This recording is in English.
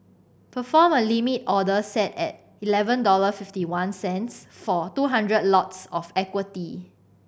perform a limit order set at eleven dollar fiftyone cents for two hundred lots of equity